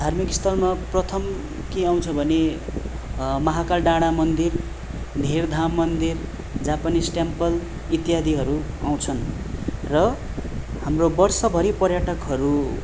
धार्मिक स्थलमा प्रथम के आउँछ भने महाकाल डाँडा मन्दिर धिरधाम मन्दिर जापानिस टेम्पल इत्यादिहरू आउँछन् र हाम्रो वर्षभरि पर्यटकहरू